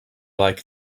like